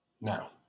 now